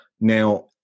Now